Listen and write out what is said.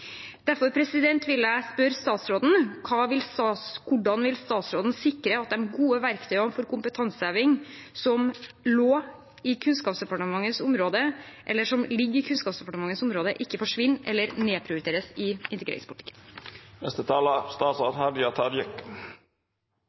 Derfor vil jeg spørre statsråden: Hvordan vil hun sikre at de gode verktøyene for kompetanseheving som lå – eller som ligger – under Kunnskapsdepartementets område, ikke forsvinner eller nedprioriteres i